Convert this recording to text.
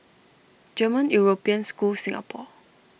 German European School Singapore